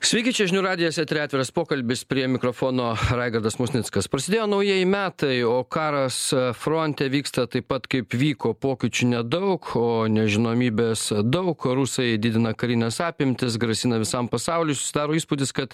sveiki čia žinių radijas eteryje atviras pokalbis prie mikrofono raigardas musnickas prasidėjo naujieji metai o karas fronte vyksta taip pat kaip vyko pokyčių nedaug o nežinomybės daug rusai didina karines apimtis grasina visam pasauliui susidaro įspūdis kad